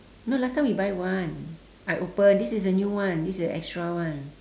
no last time we buy one I open this is a new one this is the extra one